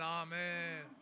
amen